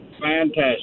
Fantastic